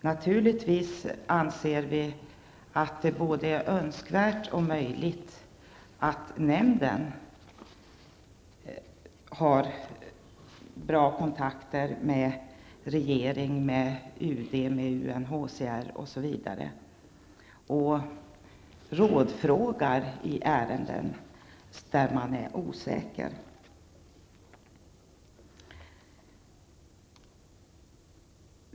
Naturligtvis anser vi att det är både önskvärt och möjligt att nämnden har bra kontakter med bl.a. regeringen, UD och UNHCR och kan rådfråga i ärenden där nämnden är osäker.